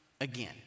Again